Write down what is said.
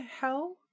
hell